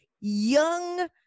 young